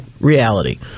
reality